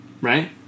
Right